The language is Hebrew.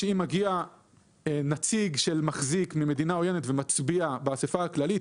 כמובן שאם מגיע נציג של מחזיק ממדינה עוינת ומצביע באסיפה הכללית,